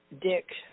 Dick